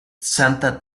santa